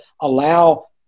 allow